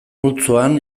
multzoan